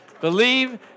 Believe